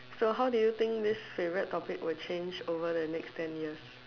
so how do you think this favourite topic would change over the next ten years